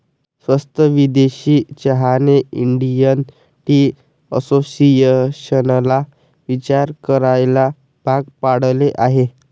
स्वस्त विदेशी चहाने इंडियन टी असोसिएशनला विचार करायला भाग पाडले आहे